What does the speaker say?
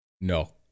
No